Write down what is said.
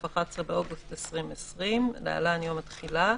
(11 באוגוסט 2020) (להלן,- יום התחילה).